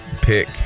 pick